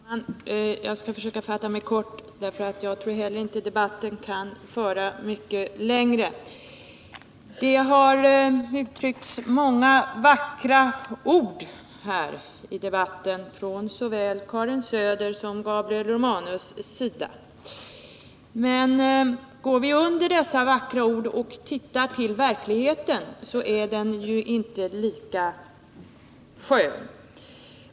Herr talman! Jag skall försöka fatta mig kort, för jag tror inte heller att debatten kan föra mycket längre. Det har yttrats många vackra ord här i debatten av såväl Karin Söder som Gabriel Romanus. Men går vi bakom dessa vackra ord och ser till verkligheten, så finner vi att den inte är lika skön.